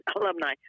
alumni